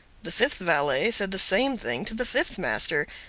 the fifth valet said the same thing to the fifth master.